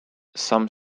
some